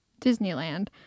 disneyland